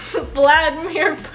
Vladimir